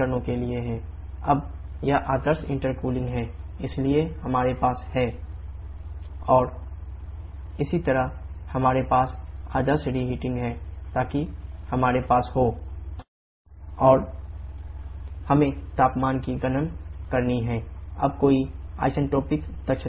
अब यह आदर्श इंटेरकूलिंग है इसलिए हमारे पास है T1 T3 और T2 T4 इसी तरह हमारे पास आदर्श रेहीटिंग है ताकि हमारे पास हो T7 T9 और T6 T8 हमें तापमान की गणना करनी है अब कोई आइसेंट्रोपिक दक्षता नहीं है